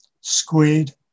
Squid